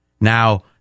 Now